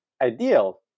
ideal